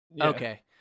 Okay